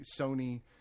Sony